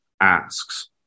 asks